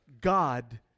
God